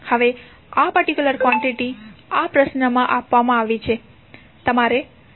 હવે આ particular quantity આ પ્રશ્નમાં આપવામાં આવી છે